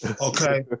Okay